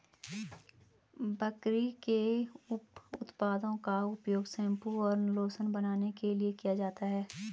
बकरी के उप उत्पादों का उपयोग शैंपू और लोशन बनाने के लिए किया जाता है